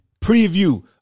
Preview